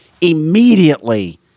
immediately